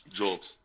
jobs